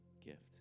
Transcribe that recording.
gift